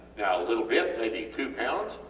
now a little bit may be two lbs,